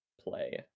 play